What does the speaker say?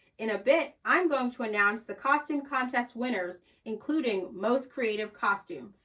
in a bit, i'm going to announce the costume contest winners including most creative costume.